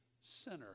sinner